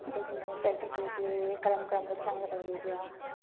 documents ꯍꯥꯏꯗꯤ ꯀꯔꯤ ꯀꯔꯤ ꯀꯔꯝ ꯀꯔꯝꯕ ꯆꯩꯒꯗꯧꯔꯤꯕ꯭ꯔꯥ